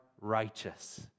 righteous